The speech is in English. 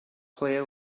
play